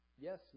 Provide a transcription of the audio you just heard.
yes